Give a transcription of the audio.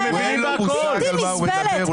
אין לו מושג על מה הוא מדבר,